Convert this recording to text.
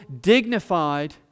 dignified